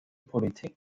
politik